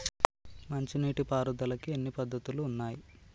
మంచి నీటి పారుదలకి ఎన్ని పద్దతులు ఉన్నాయి?